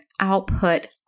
output